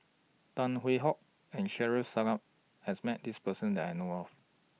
Tan Hwee Hock and Shaffiq Selamat has Met This Person that I know of